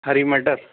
ہری مٹر